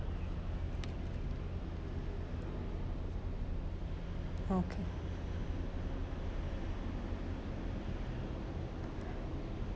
okay